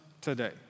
today